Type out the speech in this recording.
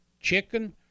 chicken